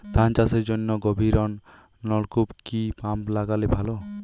ধান চাষের জন্য গভিরনলকুপ কি পাম্প লাগালে ভালো?